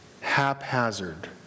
haphazard